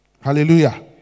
Hallelujah